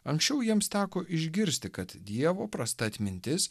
anksčiau jiems teko išgirsti kad dievo prasta atmintis